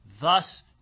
thus